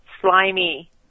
Slimy